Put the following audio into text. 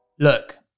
Look